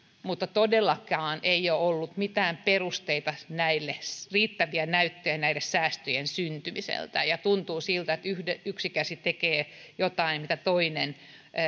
mutta todellakaan ei ole ollut mitään perusteita riittäviä näyttöjä säästöjen syntymiselle ja tuntuu siltä että yksi käsi tekee jotain mitä toinen